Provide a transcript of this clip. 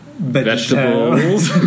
Vegetables